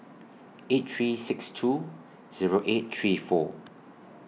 eight three six two Zero eight three four